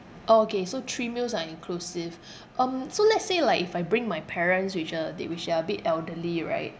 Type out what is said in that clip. orh okay so three meals are inclusive um so let's say like if I bring my parents which are they which are a bit elderly right